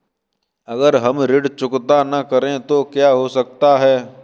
अगर हम ऋण चुकता न करें तो क्या हो सकता है?